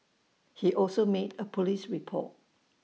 he also made A Police report